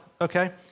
okay